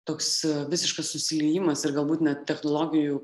toks visiškas susiliejimas ir galbūt net technologijų